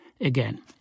again